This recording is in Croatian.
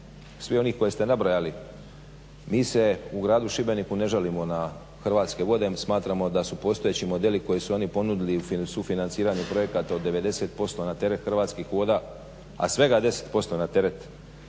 svi onih koje ste nabrojali, mi se u gradu Šibeniku ne žalimo na Hrvatske vode. Smatramo da su postojeći modeli koje su oni ponudili i u sufinanciranju projekata od 90% na teret Hrvatskih voda, a svega 10% na teret